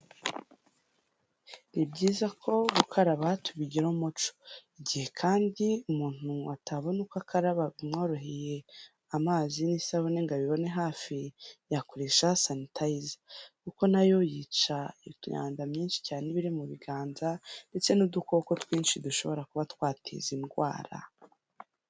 Ni byiza ko gukaraba tubigira umuco, igihe kandi umuntu atabona uko akaraba bimworoheye amazi n'isabune ngo abibone hafi, yakoresha sanitizer kuko na yo yica imyanda myinshi cyane, iba iri mu biganza ndetse n'udukoko twinshi dushobora kuba twateza indwara.